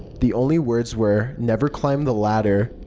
the only words were never climb the ladder.